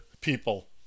people